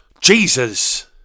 Jesus